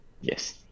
Yes